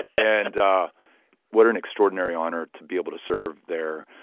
and what an extraordinary honor to be able to serve there.